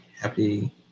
happy